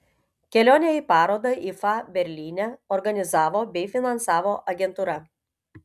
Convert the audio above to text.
kelionę į parodą ifa berlyne organizavo bei finansavo agentūra